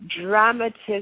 dramatist